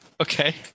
Okay